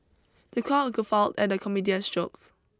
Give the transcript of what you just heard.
the crowd guffawed at the comedian's jokes